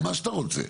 על מה שאתה רוצה.